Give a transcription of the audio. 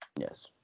yes